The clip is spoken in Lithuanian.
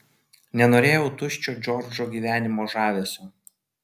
nenorėjau tuščio džordžo gyvenimo žavesio